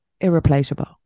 irreplaceable